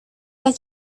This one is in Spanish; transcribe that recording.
las